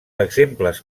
exemples